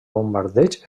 bombardeigs